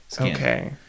okay